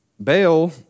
Baal